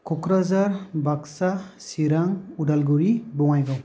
Kokrajhar Baksa Chirang Udalguri Bongaigaon